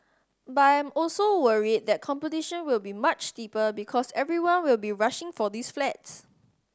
but I'm also worried that competition will be much steeper because everyone will be rushing for these flats